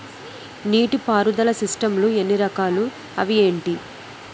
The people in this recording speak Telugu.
నీటిపారుదల సిస్టమ్ లు ఎన్ని రకాలు? అవి ఏంటి?